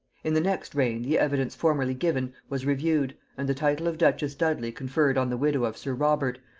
in the next reign the evidence formerly given was reviewed, and the title of duchess dudley conferred on the widow of sir robert,